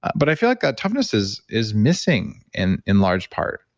but i feel like toughness is is missing, in in large part.